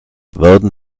werden